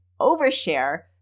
overshare